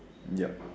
yep